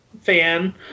fan